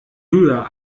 höher